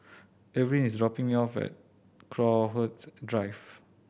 Erving is dropping me off at Crowhurst Drive